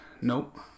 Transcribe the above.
Nope